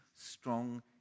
strong